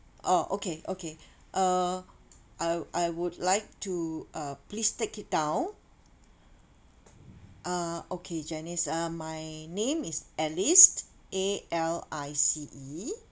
oh okay okay uh I I would like to uh please take it down uh okay janice uh my name is alice A L I C E